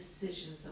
decisions